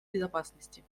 безопасности